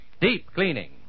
Deep-cleaning